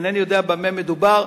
אינני יודע במה מדובר,